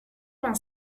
vingt